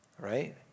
Right